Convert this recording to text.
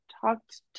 talked